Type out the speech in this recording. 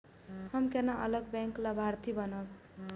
हम केना अलग बैंक लाभार्थी बनब?